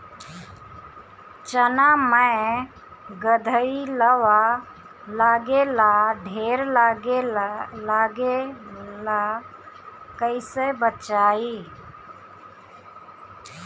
चना मै गधयीलवा लागे ला ढेर लागेला कईसे बचाई?